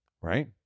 Right